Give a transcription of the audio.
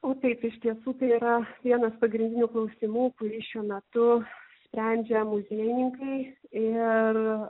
o taip iš tiesų yra vienas pagrindinių klausimų kurį šiuo metu sprendžia muziejininkai ir